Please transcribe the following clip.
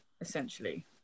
Essentially